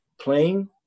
playing